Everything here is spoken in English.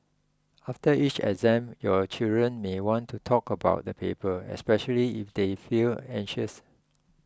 after each exam your children may want to talk about the paper especially if they feel anxious